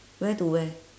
wear to where